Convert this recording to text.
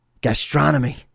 Gastronomy